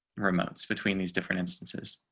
remotes between these different instances.